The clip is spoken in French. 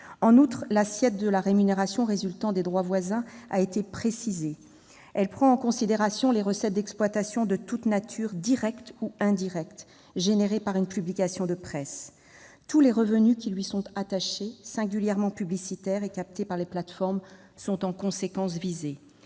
En outre, l'assiette de la rémunération résultant du droit voisin a été précisée ; elle prend en considération les recettes d'exploitation, « de toute nature, directes ou indirectes », entraînées par une publication de presse. Tous les revenus qui sont attachés à cette dernière, singulièrement publicitaires, et captés par les plateformes sont en conséquence visés.